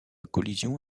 collision